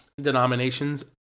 denominations